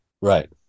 right